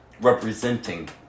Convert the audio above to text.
Representing